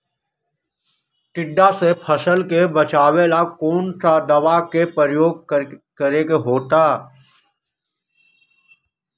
टिड्डा से फसल के बचावेला कौन दावा के प्रयोग करके होतै?